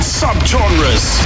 subgenres